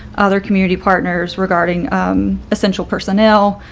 other community partners regarding essential personnel,